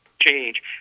change